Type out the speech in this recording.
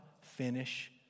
finish